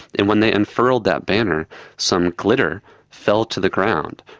and when they unfurled that banner some glitter fell to the ground.